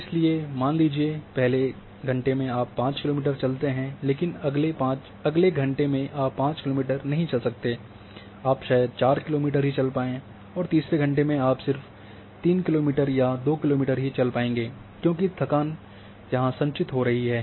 इसलिए मान लीजिए पहले घंटे में आप 5 किलोमीटर चलते हैं लेकिन अगले घंटे में आप 5 किलोमीटर नहीं चल सकते आप शायद 4 किलोमीटर ही चल पाएँ और तीसरे घंटे में आप सिर्फ 3 किलोमीटर या 2 किलोमीटर ही चल पाएँ क्योंकि थकान संचित हो रही है